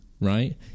Right